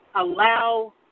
allow